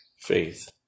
Faith